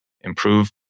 improve